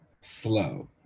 slow